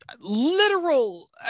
literal